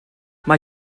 mae